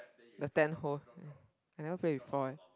the ten holes I never play before eh